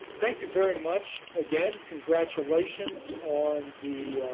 thank you very much. again, congratulations on the